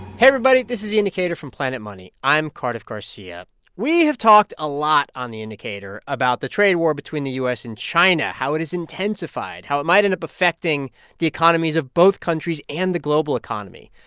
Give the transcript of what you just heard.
hey everybody. this is the indicator from planet money. i'm cardiff garcia we have talked a lot on the indicator about the trade war between the u s. and china how it has intensified, how it might end up affecting the economies of both countries and the global economy.